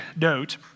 note